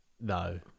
No